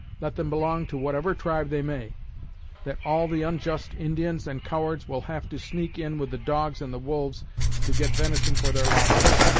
let them belong to whatever tribe they may that all the unjust indians and cowards will have to sneak in with the dogs and the wolves to get venison for their lodges.